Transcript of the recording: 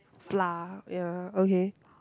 flour ya okay